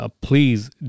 please